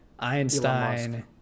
Einstein